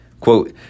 Quote